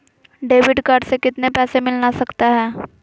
Debit card से कितने पैसे मिलना सकता हैं?